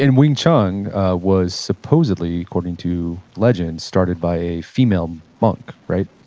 and wing chun was supposedly, according to legend, started by a female monk, right?